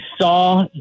saw